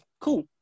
cool